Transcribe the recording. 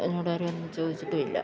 എന്നോടാരുമൊന്നും ചോദിച്ചിട്ടും ഇല്ല